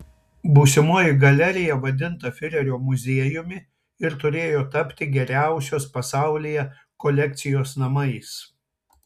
būsimoji galerija vadinta fiurerio muziejumi ir turėjo tapti geriausios pasaulyje kolekcijos namais